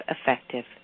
effective